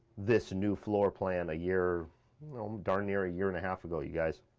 this new floor plan a year, i'm done near a year and a half ago you guys.